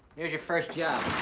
here's your first job.